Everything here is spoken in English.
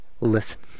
listen